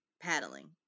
paddling